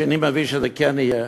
השני מבין שזה כן יהיה.